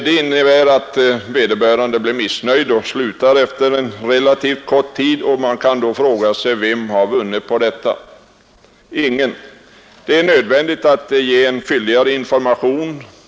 Det innebär att vederbörande blir missnöjd och slutar efter en relativt kort tid. Man kan fråga sig vem som vunnit på detta. Ingen! Det är nödvändigt att ge en fylligare information.